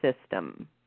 system